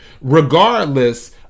Regardless